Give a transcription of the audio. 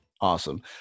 Awesome